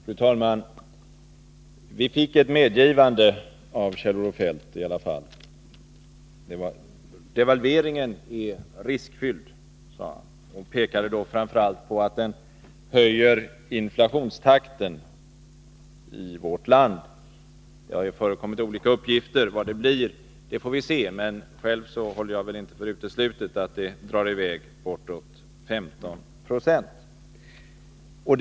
Fru talman! Vi fick ett medgivande av Kjell-Olof Feldt i alla fall. Devalveringen är riskfylld, sade han. Han pekade då framför allt på att den höjer inflationstakten i vårt land. Det har förekommit olika uppgifter om hur hög inflationen kommer att bli. Det får vi så småningom se. Själv håller jag det inte för uteslutet att det drar iväg bortåt 15 96.